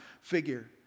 figure